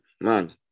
Man